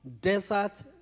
desert